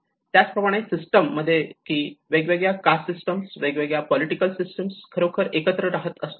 आणि त्याचप्रमाणे सिस्टीम मध्ये जसे की वेगवेगळ्या कास्ट सिस्टीम वेगवेगळ्या पॉलिटिकल सिस्टीम खरोखर एकत्र राहत असतात